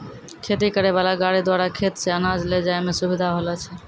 खेती करै वाला गाड़ी द्वारा खेत से अनाज ले जाय मे सुबिधा होलो छै